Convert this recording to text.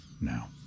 now